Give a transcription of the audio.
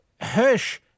Hirsch